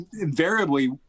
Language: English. invariably